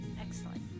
Excellent